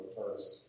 first